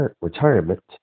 retirement